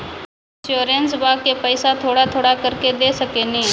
इंश्योरेंसबा के पैसा थोड़ा थोड़ा करके दे सकेनी?